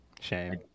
Shame